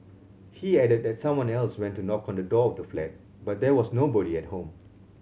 he added that someone else went to knock on the door of the flat but there was nobody at home